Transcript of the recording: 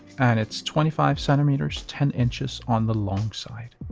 and it's twenty five centimeters, ten inches on the long side.